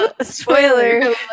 Spoiler